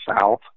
South